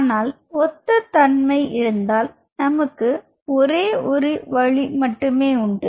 ஆனால் ஒத்த தன்மை இருந்தால் நமக்கு ஒரே ஒரு வழி மட்டுமே உண்டு